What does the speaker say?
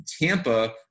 Tampa